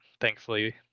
thankfully